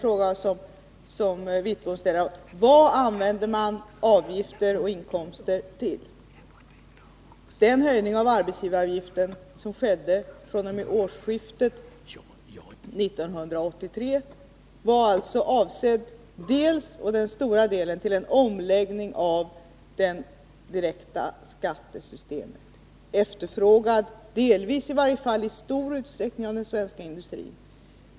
Den största delen av den höjning av arbetsgivaravgifer som skedde fr.o.m. årsskiftet 1982-1983 var avsedd för en omläggning av det direkta skattesystemet, delvis i stor utsträckning efterfrågad av den svenska industrin.